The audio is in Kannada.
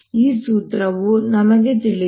ಈ ಸೂತ್ರವು ನಿಮಗೆ ತಿಳಿದಿದೆ